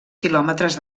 quilòmetres